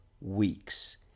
weeks